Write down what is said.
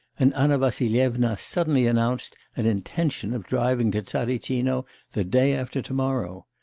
and anna vassilyevna suddenly announced an intention of driving to tsaritsino the day after tomorrow.